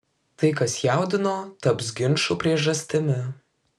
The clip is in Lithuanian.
tai kas jaudino taps ginčų priežastimi